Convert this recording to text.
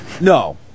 No